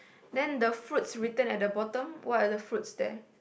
then the fruits written at the bottom what are the fruits there